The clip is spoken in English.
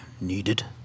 needed